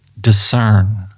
discern